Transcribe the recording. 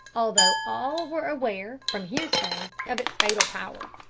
although all were aware, from hearsay, of its fatal power.